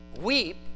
weep